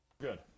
Good